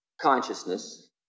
consciousness